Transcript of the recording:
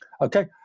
okay